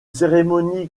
cérémonie